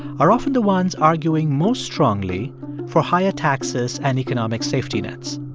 are often the ones arguing most strongly for higher taxes and economic safety nets